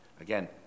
Again